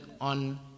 on